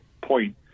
point